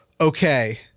okay